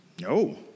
No